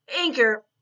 Anchor